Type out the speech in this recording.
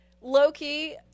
Loki